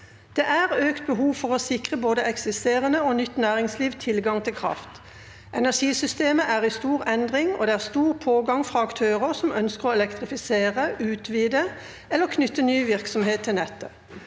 «Det er økt behov for å sikre både eksisterende og nytt næringsliv tilgang til kraft. Energisystemet er i stor endring, og det er stor pågang fra aktører som ønsker å elektrifisere, utvide eller knytte ny virksomhet til nettet.